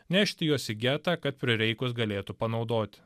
nešti juos į getą kad prireikus galėtų panaudoti